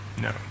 No